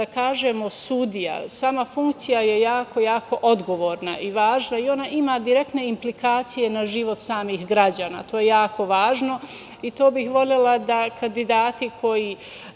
kada kažemo sudija, sama funkcija je jako, jako odgovorna i važna i ona ima direktne implikacije na život samih građana. To je jako važno i to bih volela da kandidati koji